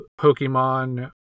Pokemon